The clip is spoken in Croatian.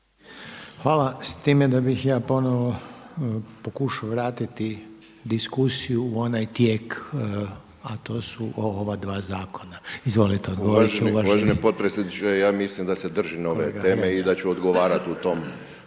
Hvala. S time da bih ja ponovno pokušao vratiti diskusiju u onaj tijek a to su o ova dva zakona. Izvolite odgovoriti uvaženi kolega. **Hrelja, Silvano (HSU)** Uvaženi potpredsjedniče ja mislim da se držim ove teme i da ću odgovarati u tom